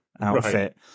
outfit